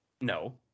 No